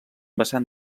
vessant